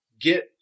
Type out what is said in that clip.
get